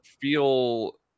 feel